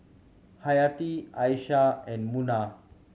Hayati Aishah and Munah